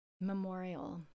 memorial